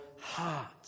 hearts